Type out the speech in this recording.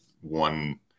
one